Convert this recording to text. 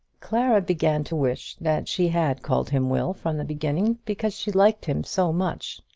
clara began to wish that she had called him will from the beginning, because she liked him so much.